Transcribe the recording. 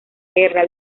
guerra